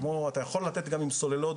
אתה יכול לתת גם עם סוללות,